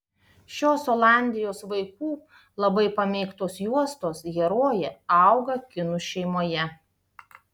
šios olandijos vaikų labai pamėgtos juostos herojė auga kinų šeimoje